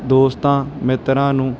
ਦੋਸਤਾਂ ਮਿੱਤਰਾਂ ਨੂੰ